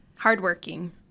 Hardworking